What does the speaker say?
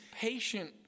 patient